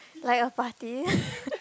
like your party